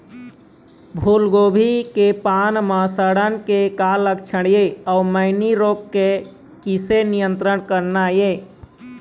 फूलगोभी के पान म सड़न के का लक्षण ये अऊ मैनी रोग के किसे नियंत्रण करना ये?